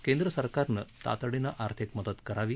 केंद्र सरकारनं तातडीनं आर्थिक मदत करावी